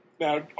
Now